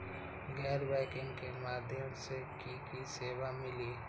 गैर बैंकिंग के माध्यम से की की सेवा मिली?